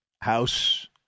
house